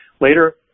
later